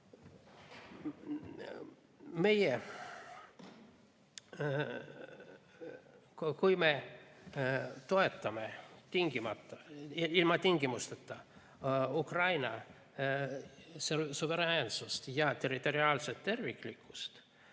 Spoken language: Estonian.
Meie, kui me toetame ilma tingimusteta Ukraina suveräänsust ja territoriaalset terviklikkust,